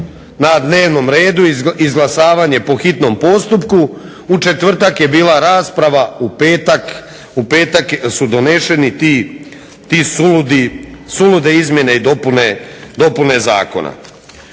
na dnevnom redu, izglasavanje po hitnom postupku. U četvrtak je bila rasprava. U petak su donešeni ti suludi, te sulude izmjene i dopune zakona.